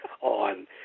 on